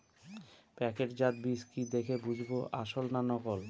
প্যাকেটজাত বীজ কি দেখে বুঝব আসল না নকল?